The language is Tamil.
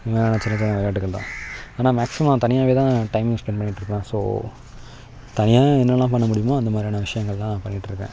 எல்லாம் சின்ன சின்ன விளையாட்டுக்கள் தான் ஆனால் மேக்ஸிமம் நான் தனியாக தான் டைம் ஸ்பென்ட் பண்ணிகிட்டு இருப்பேன் ஸோ தனியாக என்னலாம் பண்ண முடியும் அந்த மாதிரியான விஷயங்கள்லாம் பண்ணிகிட்டு இருக்கேன்